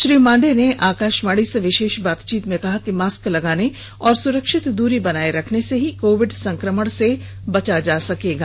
श्री मांडे ने आकाशवाणी से विशेष बातचीत में कहा कि मास्क लगाने और सुरक्षित दूरी बनाए रखने से ही कोविड संक्रमण से बचा जा सकता है